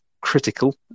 critical